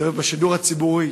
בשידור הציבורי,